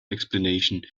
explanation